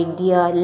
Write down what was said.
dear